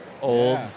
old